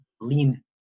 lean